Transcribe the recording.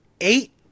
eight